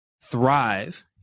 thrive